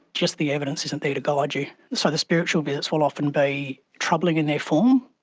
just the evidence isn't there to guide you. so the spiritual visits will often be troubling in their form,